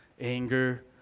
anger